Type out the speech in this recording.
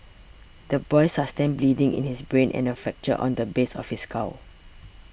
the boy sustained bleeding in his brain and a fracture on the base of his skull